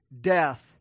Death